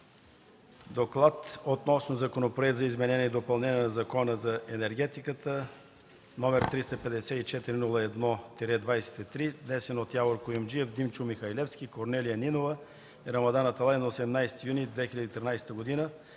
„Доклад относно Законопроект за изменение и допълнение на Закона за енергетиката, № 354-01-23, внесен от Явор Куюмджиев, Димчо Михалевски, Корнелия Нинова и Рамадан Аталай на 18 юни 2013 г.,